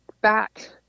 back